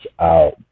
out